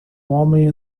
homem